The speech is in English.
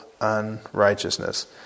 unrighteousness